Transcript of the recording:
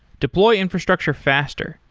deploy infrastructure faster.